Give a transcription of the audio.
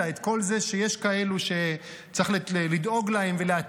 את כל זה שיש כאלו שצריך לדאוג להם ולאתרג